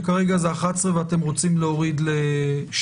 שכרגע זה 11,000 ואתם רוצים להוריד ל-6,000.